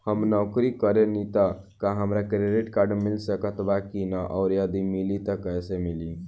हम नौकरी करेनी त का हमरा क्रेडिट कार्ड मिल सकत बा की न और यदि मिली त कैसे मिली?